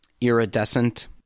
iridescent